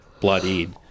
bloodied